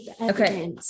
okay